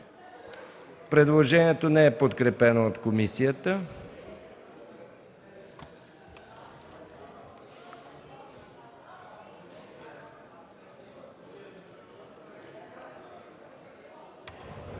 Предложението не е подкрепено от комисията.